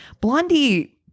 Blondie